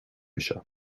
seo